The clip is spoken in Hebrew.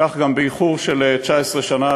כך גם באיחור של 19 שנה,